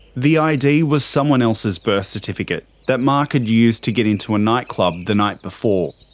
the id was someone else's birth certificate that mark had used to get into a nightclub the night before.